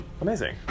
Amazing